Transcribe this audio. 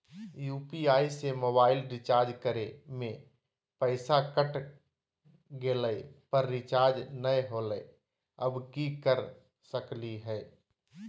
UPI से mobile recharge करे में पैसा कट गेलई, पर रिचार्ज नई होलई, अब की कर सकली हई?